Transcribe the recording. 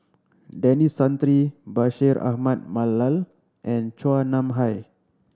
Denis Santry Bashir Ahmad Mallal and Chua Nam Hai